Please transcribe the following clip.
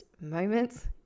moments